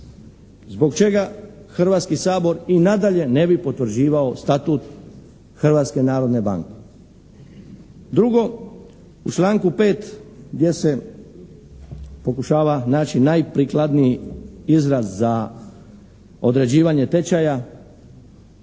zbog čega Hrvatski sabor i nadalje ne bi potvrđivao statut Hrvatske narodne banke. Drugo, u članku 5. gdje se pokušava naći najprikladniji izraz za određivanje tečaja